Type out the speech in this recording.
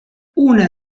una